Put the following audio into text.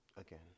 Again